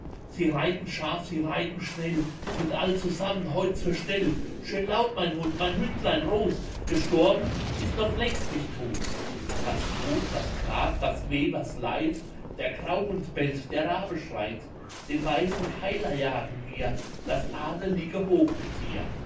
sie reiten scharf sie reiten schnell sind allzusammen heut zur stell schön laut mein hund mein hündlein rot gestorben ist noch längst nicht tot was tod was grab was weh was leid der grauhund bellt der rabe schreit den weißen keiler jagen wir das adelige